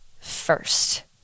first